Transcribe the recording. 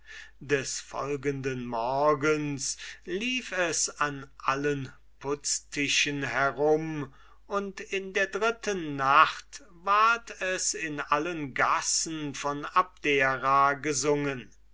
des folgenden morgens lief es bei allen putztischen herum und in der dritten nacht ward es in allen gassen von abdera gesungen